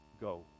go